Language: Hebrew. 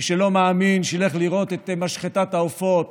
מי שלא מאמין, שילך לראות את משחטת העופות